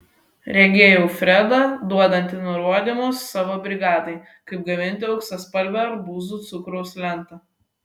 regėjau fredą duodantį nurodymus savo brigadai kaip gaminti auksaspalvę arbūzų cukraus lentą